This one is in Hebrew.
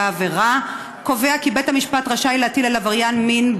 העבירה קובע כי בית המשפט רשאי להטיל על עבריין מין,